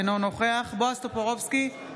אינו נוכח בועז טופורובסקי,